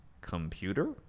computer